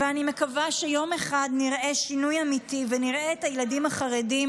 ואני מקווה שיום אחד נראה שינוי אמיתי ונראה את הילדים החרדים